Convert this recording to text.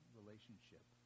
relationship